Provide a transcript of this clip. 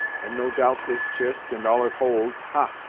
and no doubt this chist, and all it holds ha!